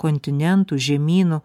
kontinentų žemynų